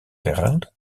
wereld